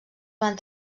van